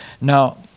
Now